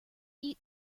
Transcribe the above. eat